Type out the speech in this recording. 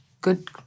good